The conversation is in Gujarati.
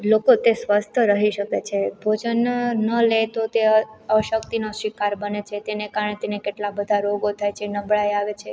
લોકો તે સ્વસ્થ રહી શકે છે ભોજન ન લે તો તે અશક્તિનો શિકાર બને છે તેને કારણે તેને કેટલા બધાં રોગો થાય છે નબળાઈ આવે છે